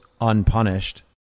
unpunished